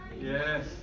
Yes